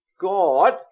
God